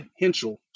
Henschel